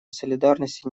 солидарности